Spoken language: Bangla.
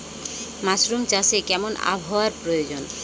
মাসরুম চাষে কেমন আবহাওয়ার প্রয়োজন?